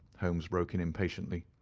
holmes broke in impatiently.